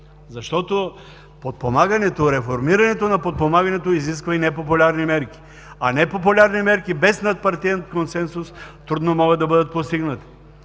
защото подпомагането, реформирането на подпомагането изисква и непопулярни мерки, а непопулярни мерки, без надпартиен консенсус, трудно могат да бъдат постигнати.